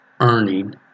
earning